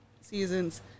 seasons